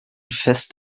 fest